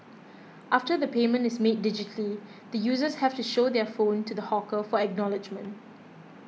after the payment is made digitally the users have to show their phone to the hawker for acknowledgement